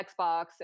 Xbox